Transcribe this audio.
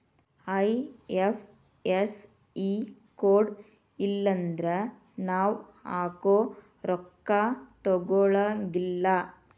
IFSC code ಇಲ್ಲನ್ದ್ರ ನಾವ್ ಹಾಕೊ ರೊಕ್ಕಾ ತೊಗೊಳಗಿಲ್ಲಾ